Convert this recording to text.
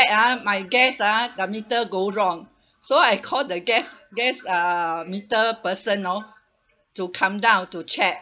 ah my gas ah the meter go wrong so I called the gas gas uh meter person hor to come down to check